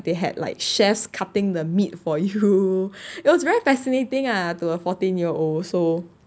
they had like chefs cutting the meat for you it was very fascinating ah to a fourteen year old so